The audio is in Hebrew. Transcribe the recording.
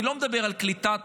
אני לא מדבר על קליטת תלמידים,